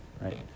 right